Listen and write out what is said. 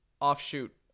offshoot